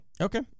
Okay